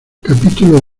capítulo